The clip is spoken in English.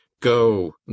Go